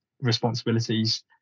responsibilities